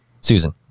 Susan